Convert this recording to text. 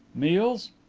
meals?